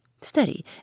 steady